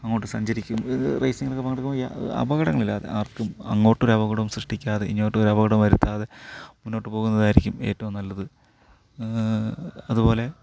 അങ്ങോട്ട് സഞ്ചരിക്കും റേസിങ്ങിലൊക്കെ പങ്കെടുക്കുമ്പം അപകടങ്ങളില്ലാതെ ആർക്കും അങ്ങോട്ടൊരപകടവും സൃഷ്ടിക്കാതെ ഇങ്ങോട്ടു ഒരപകടവും വരുത്താതെ മുന്നോട്ട് പോവുന്നതായിരിക്കും ഏറ്റവും നല്ലത് അത്പോലെ